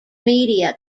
media